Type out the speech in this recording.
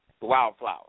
Wildflower